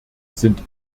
sind